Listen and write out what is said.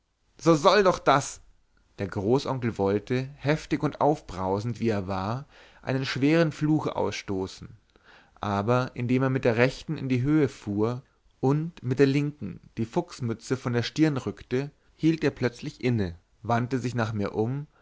so soll doch das der großonkel wollte heftig und aufbrausend wie er war einen schweren fluch ausstoßen aber indem er mit der rechten in die höhe fuhr und mit der linken die fuchsmütze von der stirn rückte hielt er plötzlich inne wandte sich nach mir um